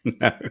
No